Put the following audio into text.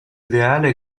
ideale